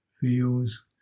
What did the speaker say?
feels